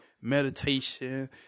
meditation